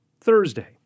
Thursday